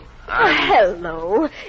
hello